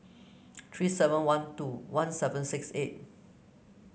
three seven one two one seven six eight